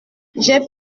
j’ai